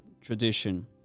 tradition